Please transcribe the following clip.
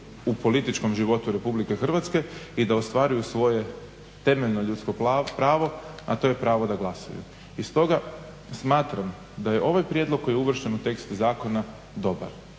u političkom životu RH i da ostvaruju svoje temeljno ljudsko pravo, a to je pravo da glasuju. I stoga smatram da je ovaj prijedlog koji je uvršten u tekst zakona dobar.